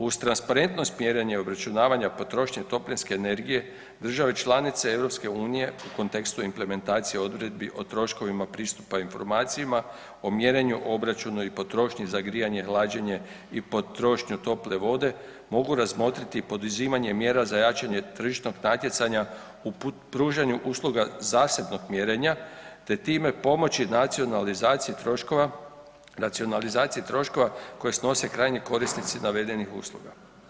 Uz transparentnost mjerenja i obračunavanja potrošnje toplinske energije države članice EU u kontekstu implementacije odredbi o troškovima pristupa informacijama, o mjerenju, obračunu i potrošnji za grijanje, hlađenje i potrošnju tople vode mogu razmotriti poduzimanje mjera za jačanje tržišnog natjecanja u pružanju usluga zasebnog mjerenja te time pomoći racionalizaciji troškova koje snose krajnji korisnici navedenih usluga.